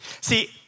See